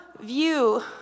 view